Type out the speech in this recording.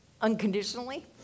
unconditionally